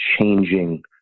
changing